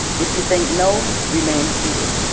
if you think no, remain seated.